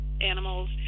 animals